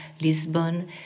Lisbon